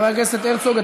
חבר הכנסת הרצוג,